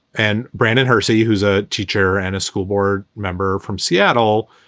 and brandon hersi, who's a teacher and a school board member from seattle,